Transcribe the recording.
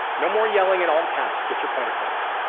no more yelling in all caps to get your point across.